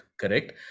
correct